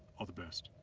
all the best.